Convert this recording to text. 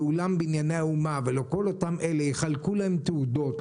לאולם בנייני האומה ולכל אותם אלה יחלקו תעודות,